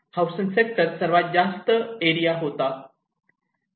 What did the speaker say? housing sector सर्वात जास्त area होता